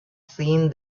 seen